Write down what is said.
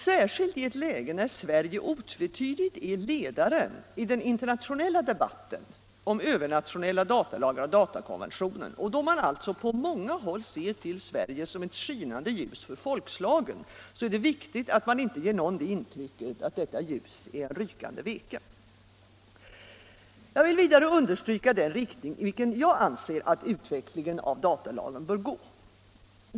Särskilt i ett läge då Sverige otvetydigt är ledaren i den internationella debatten om övernationella datalagar och datakonventioner, och då man på så många håll ser Sverige som ett skinande ljus för folkslagen, är det viktigt att man inte ger någon det intrycket att detta ljus är en rykande veke. Jag vill nu också förklara i vilken riktning jag anser att utvecklingen av datalagen bör gå.